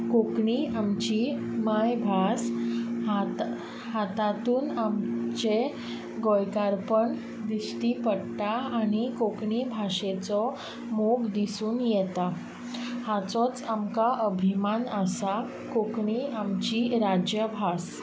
कोंकणी आमची मायभास तातूंत आमचें गोंयकारपण दिश्टी पडटा आनी कोंकणी भाशेचो मोग दिसून येता हाचोच आमकां अभिमान आसा कोंकणी आमची राज्यभास